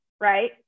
right